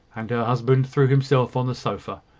and her husband threw himself on the sofa,